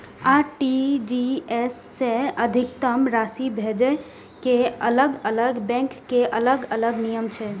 RTGS सं अधिकतम राशि भेजै के अलग अलग बैंक के अलग अलग नियम छै